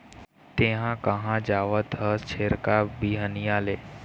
तेंहा कहाँ जावत हस छेरका, बिहनिया ले?